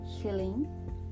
healing